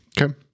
Okay